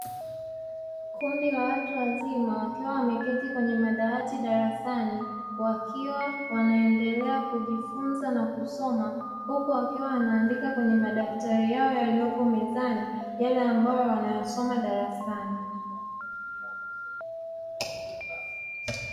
Kundi la watu wazima wakiwa wameketi kwenye madawati darasani wakiwa wanaendelea kujifunza na kusoma, huku wakiwa wanaandika kwenye madaftari yao yaliyopo mezani yale ambayo wanayasoma darasani.